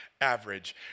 average